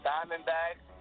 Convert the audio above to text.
Diamondbacks